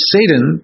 Satan